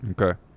Okay